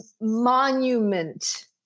monument